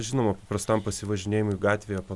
žinoma prastam pasivažinėjimui gatvėje po